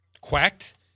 quacked